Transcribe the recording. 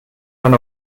man